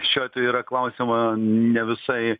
šiuo atveju yra klausiama ne visai